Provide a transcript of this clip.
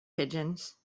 pigeons